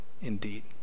indeed